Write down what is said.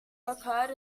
occurred